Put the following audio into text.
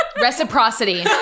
Reciprocity